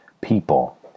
people